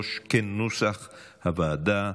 2023, כנוסח הוועדה.